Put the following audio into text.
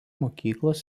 mokyklos